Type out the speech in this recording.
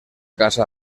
casa